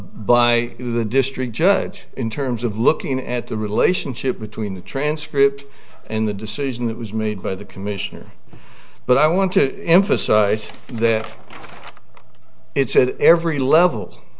by the district judge in terms of looking at the relationship between the transcript and the decision that was made by the commissioner but i want to emphasize that it said every level